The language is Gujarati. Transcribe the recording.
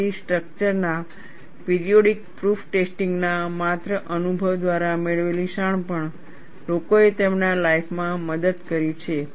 તેથી સ્ટ્રક્ચર ના પિરિયોડિક પ્રૂફ ટેસ્ટિંગ ના માત્ર અનુભવ દ્વારા મેળવેલી શાણપણ લોકોએ તેમના લાઈફ માં મદદ કરી છે